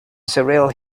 surreal